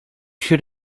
should